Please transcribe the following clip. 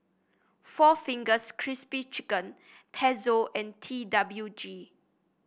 Four Fingers Crispy Chicken Pezzo and T W G